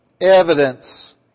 evidence